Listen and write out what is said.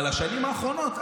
אבל בשנים האחרונות,